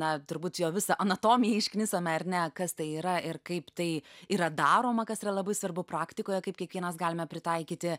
na turbūt jo visą anatomiją išknisome ar ne kas tai yra ir kaip tai yra daroma kas yra labai svarbu praktikoje kaip kiekvienas galime pritaikyti